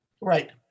Right